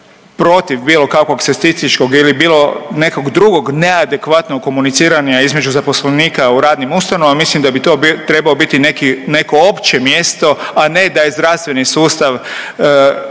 protiv bilo kakvog seksističkog ili bilo nekog drugog neadekvatnog komuniciranja između zaposlenika u radnim ustanovama, mislim da bi to trebao biti neko opće mjesto, a ne da je zdravstveni sustav